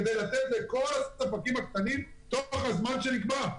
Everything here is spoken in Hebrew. שקל כדי לתת לכל הספקים הקטנים תוך פרק הזמן שנקבע.